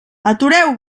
atureu